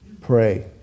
pray